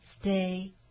stay